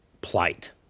plight